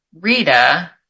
Rita